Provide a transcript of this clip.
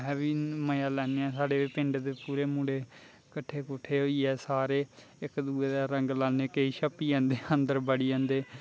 आहें बी मजा लैने होने साढ़े पंड दे पूरे मुड़े कट्ठे कुट्ठे होइयै सारे इक दूए दै रंग लाने केई छप्पी आने अंदर बड़ी आंदे